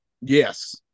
Yes